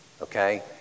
Okay